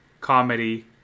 comedy